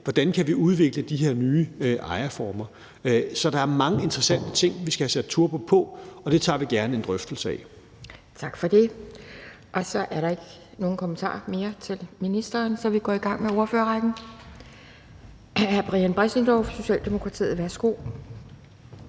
hvordan vi kan udvikle de her nye ejerformer. Så der er mange interessante ting, vi skal have sat turbo på, og det tager vi gerne en drøftelse af. Kl. 17:49 Anden næstformand (Pia Kjærsgaard): Tak for det. Der er ikke flere kommentarer til ministeren, så vi går i gang med ordførerrækken. Hr. Brian Bressendorff, Socialdemokratiet. Værsgo.